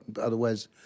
Otherwise